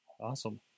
Awesome